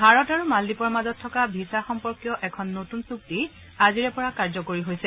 ভাৰত আৰু মালদ্বীপৰ মাজত থকা ভিছা সম্পৰ্কীয় এখন নতুন চুক্তি আজিৰে পৰা কাৰ্যকৰী হৈছে